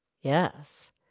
Yes